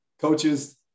Coaches